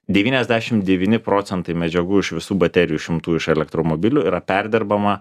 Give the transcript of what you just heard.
devyniasdešimt devyni procentai medžiagų iš visų baterijų išimtų iš elektromobilių yra perdirbama